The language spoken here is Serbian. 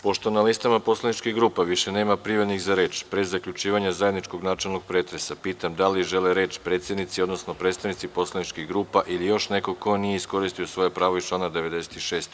Pošto na listama poslaničkih grupa više nema prijavljenih za reč, pre zaključivanja zajedničkog načelnog pretresa, pitam da li žele reč predsednici, odnosno predstavnici poslaničkih grupa ili još neko ko nije iskoristio svoje pravo iz člana 96.